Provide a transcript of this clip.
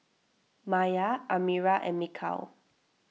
Maya Amirah and Mikhail